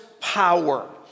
power